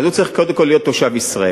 הוא צריך להיות קודם כול תושב ישראל.